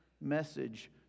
message